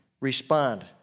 respond